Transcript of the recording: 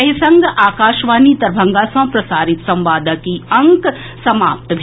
एहि संग आकाशवाणी दरभंगा सँ प्रसारित संवादक ई अंक समाप्त भेल